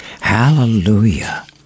Hallelujah